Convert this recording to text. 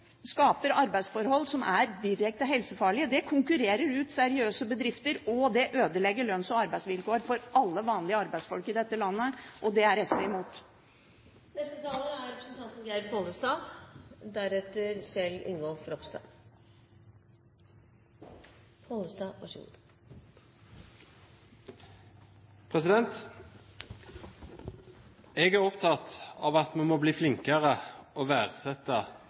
skaper arbeidsforhold som er direkte helsefarlige. Det konkurrerer ut seriøse bedrifter, og det ødelegger lønns- og arbeidsvilkår for alle vanlige arbeidsfolk i dette landet. Det er SV imot. Jeg er opptatt av at vi må bli flinkere til å verdsette det arbeidet som renholdsbransjen gjør. Dette arbeidet er av en slik art at